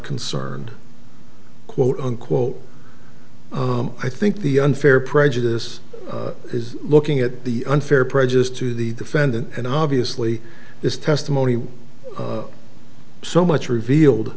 concerned quote unquote i think the unfair prejudice is looking at the unfair prejudice to the defendant and obviously this testimony so much revealed